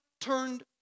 turned